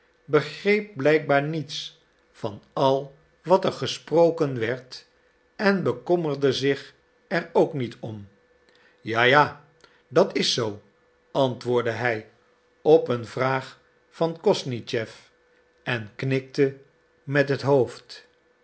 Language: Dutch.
begreep blijkbaar niets van al wat er gesproken werd en bekommerde zich er ook niet om ja ja dat is zoo antwoordde hij op een vraag van kosnischew en knikte met het hoofd